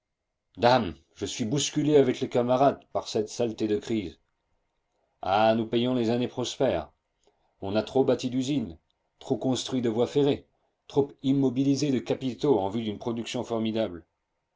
dame je suis bousculé avec les camarades par cette saleté de crise ah nous payons les années prospères on a trop bâti d'usines trop construit de voies ferrées trop immobilisé de capitaux en vue d'une production formidable